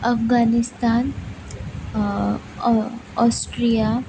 Afghanistan Austria